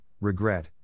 regret